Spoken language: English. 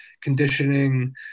conditioning